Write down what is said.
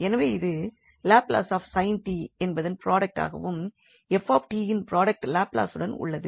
எனவே இது Laplace of sin t என்பதன் ப்ரொடெக்ட் ஆகவும் 𝑓𝑡 இன் ப்ரொடக்ட் லாப்லசுடன் உள்ளது